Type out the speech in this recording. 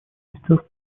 сестер